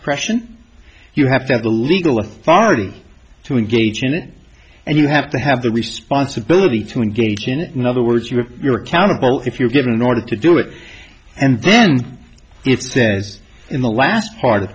suppression you have to have the legal authority to engage in it and you have to have the responsibility to engage in it in other words you have your accountable if you give an order to do it and then it says in the last part